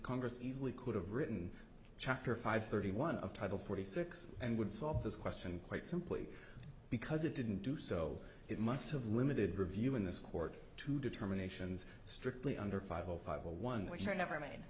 congress easily could have written chapter five thirty one of title forty six and would solve this question quite simply because it didn't do so it must have limited review in this court to determine nations strictly under five hundred five one which i never made